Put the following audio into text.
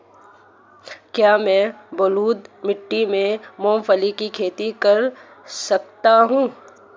क्या मैं बलुई मिट्टी में मूंगफली की खेती कर सकता हूँ?